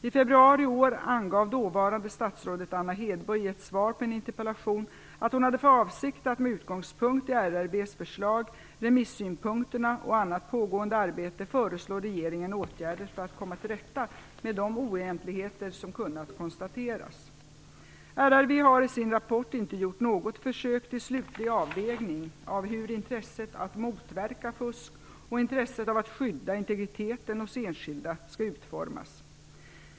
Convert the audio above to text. I februari i år angav dåvarande statsrådet Anna Hedborg i ett svar på en interpellation att hon hade för avsikt att med utgångspunkt i RRV:s förslag, remissynpunkterna och annat pågående arbete föreslå regeringen åtgärder för att komma till rätta med de oegentligheter som kunnat konstateras. RRV har i sin rapport inte gjort något försök till slutlig avvägning av hur intresset av att motverka fusk och intresset av att skydda integriteten hos enskilda skall utformas.